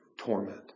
Torment